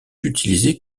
utilisés